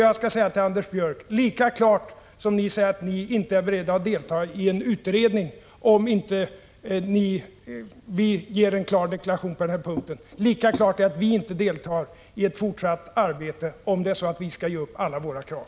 Jag skall säga till Anders Björck: Lika klart som ni säger att ni inte är beredda att delta i en utredning om inte vi ger en klar deklaration i frågan om överrepresentation för det största partiet, lika klart är det att vi inte deltar i ett fortsatt arbete, om vi skall ge upp alla våra krav.